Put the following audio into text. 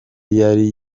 yari